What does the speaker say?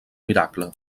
miracle